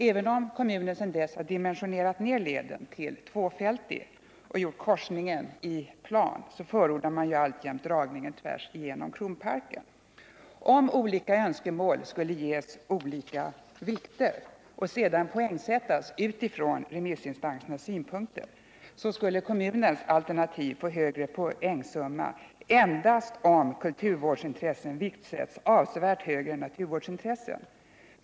Även om kommunen sedan dess har dimensionerat ned leden till att bli tvåfältig och gjort korsningen i plan, så förordar en majoritet alltjämt dragningen tvärs igenom Kronparken. Om man skulle värdera de olika önskemålen och poängsätta dem utifrån remissinstansernas synpunkter, skulle kommunens alternativ få högre poängsumma endast om kulturvårdens intressen viktsätts avsevärt högre än naturvårdsintressena.